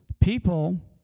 people